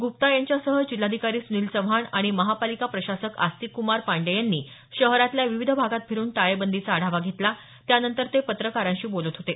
गुप्ता यांच्यासह जिल्हाधिकारी सुनील चव्हाण आणि महापालिका प्रशासक आस्तिक्कुमार पांडेय यांनी शहरातल्या विविध भागात फिरुन टाळेबंदीचा आढावा घेतला त्यानंतर ते पत्रकारांशी बोलत होते